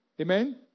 Amen